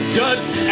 judge